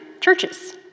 churches